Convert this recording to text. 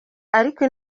ariko